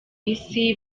isi